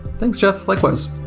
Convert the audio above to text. thanks, jeff. likewise.